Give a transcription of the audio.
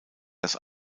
das